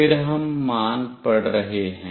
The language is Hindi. फिर हम मान पढ़ रहे हैं